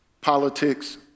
politics